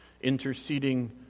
interceding